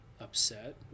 upset